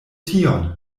tion